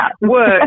work